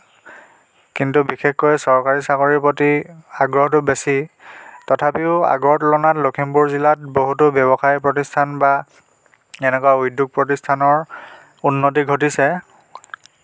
কিন্তু বিশেষকৈ চৰকাৰী চাকৰিৰ প্ৰতি আগ্ৰহটো বেছি তথাপিও আগৰ তুলনাত লখিমপুৰ জিলাত বহুতো ব্যৱসায় প্ৰতিষ্ঠান বা এনেকুৱা উদ্যোগ প্ৰতিষ্ঠানৰ উন্নতি ঘটিছে